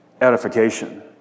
Edification